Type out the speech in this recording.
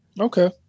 Okay